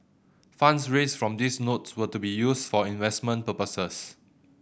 funds raised from these notes were to be used for investment purposes